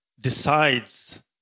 decides